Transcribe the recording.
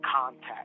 contact